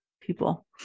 people